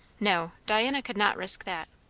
no diana could not risk that.